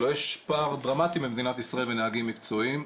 הלוא יש פער דרמטי במדינת ישראל בנהגים מקצועיים,